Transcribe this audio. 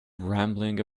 rambling